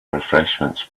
refreshments